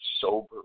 sober